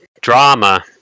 Drama